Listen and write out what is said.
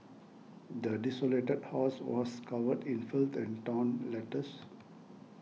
the desolated house was covered in filth and torn letters